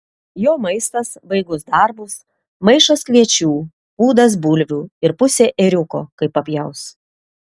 jo maistas baigus darbus maišas kviečių pūdas bulvių ir pusė ėriuko kai papjaus